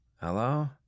Hello